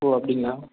ஓ அப்படிங்ளா